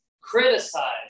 criticize